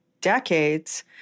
decades